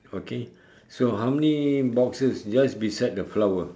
okay so how many boxes just beside the flower